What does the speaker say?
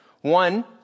One